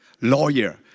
lawyer